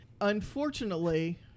Unfortunately